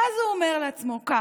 ואז הוא אומר לעצמו ככה: